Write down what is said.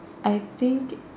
I think